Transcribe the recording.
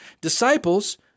Disciples